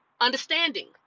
understanding